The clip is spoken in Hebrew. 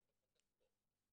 כמו בחוק הספורט,